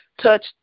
touch